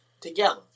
together